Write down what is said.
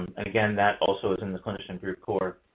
and again, that also is in the clinician group core.